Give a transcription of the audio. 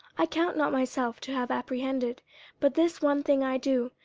i count not myself to have apprehended but this one thing i do,